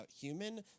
human